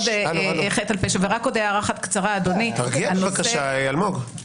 תרגיע בבקשה אלמוג.